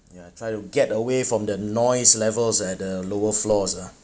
ya try to get away from the noise levels at the lower floors ah